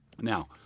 Now